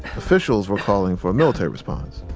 officials were calling for a military response.